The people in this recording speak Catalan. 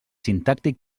sintàctic